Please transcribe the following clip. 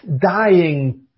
dying